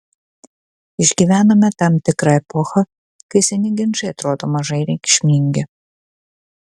išgyvenome tam tikrą epochą kai seni ginčai atrodo mažai reikšmingi